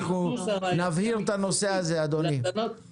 אנחנו נבהיר את זה בניסוח.